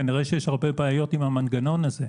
כנראה שיש הרבה בעיות עם המנגנון הזה,